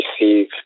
receive